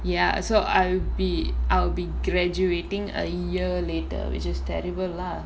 ya so I'll be I'll be graduating a year later which is terrible lah